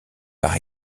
par